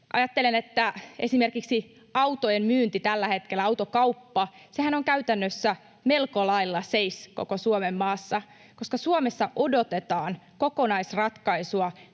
Ajattelen, että esimerkiksi autojen myyntihän tällä hetkellä, autokauppa, on käytännössä melko lailla seis koko Suomenmaassa, koska Suomessa odotetaan kokonaisratkaisua